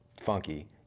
funky